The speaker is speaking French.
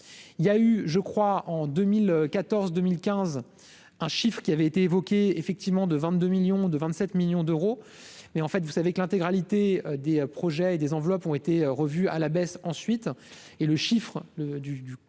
il y a eu, je crois en 2014, 2015, un chiffre qui avait été évoqué effectivement de 22 millions de 27 millions d'euros, mais en fait, vous savez que l'intégralité des projets et des enveloppes ont été revus à la baisse, ensuite et le chiffre du du